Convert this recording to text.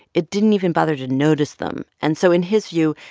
it didn't even bother to notice them and so, in his view,